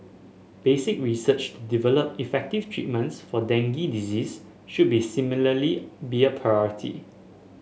basic research to develop effective treatments for dengue disease should be similarly be a priority